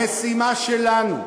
המשימה שלנו,